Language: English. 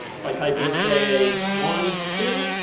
if i type in say, one, two,